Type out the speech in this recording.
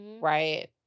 right